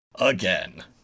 again